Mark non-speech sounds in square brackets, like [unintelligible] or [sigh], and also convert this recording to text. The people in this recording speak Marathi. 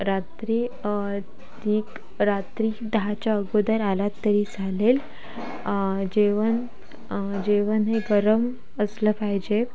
रात्री [unintelligible] रात्री दहाच्या अगोदर आलात तरी चालेल जेवण जेवण हे गरम असलं पाहिजे